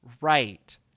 right